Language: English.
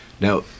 Now